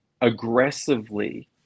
aggressively